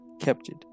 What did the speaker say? captured